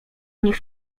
nich